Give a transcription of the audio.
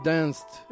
Danced